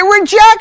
reject